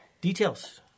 Details